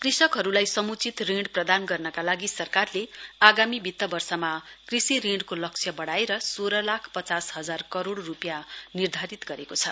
कृषकहरूलाई सम्चित ऋण प्रदान गर्नका लागि सरकारले आगामी वित वर्षमा कृषि ऋणको लक्ष्य बढेर सोह्र लाख पचास हजार करोड रूपियां निर्धारित गरेको छ